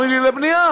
אומרים לי: לבנייה.